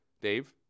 Dave